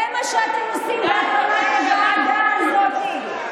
זה מה שאתם עושים בהקמת הוועדה הזאת.